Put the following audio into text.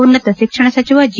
ಉನ್ನತ ಶಿಕ್ಷಣ ಸಚಿವ ಜಿ